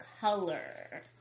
color